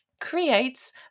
creates